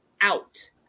out